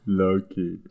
lucky